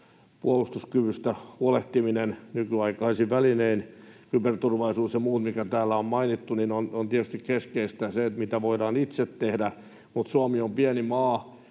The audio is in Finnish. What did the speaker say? puolustuskyvystä huolehtiminen nykyaikaisin välinein, kyberturvallisuus ja muut, mitkä täällä on mainittu — on tietysti keskeistä se, mitä voidaan itse tehdä, mutta Suomi on pieni maa,